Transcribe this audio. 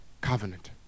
covenant